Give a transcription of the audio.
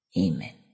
Amen